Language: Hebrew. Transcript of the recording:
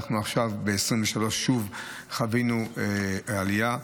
עכשיו ב-2023 שוב חווינו עלייה.